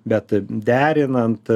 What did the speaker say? bet derinant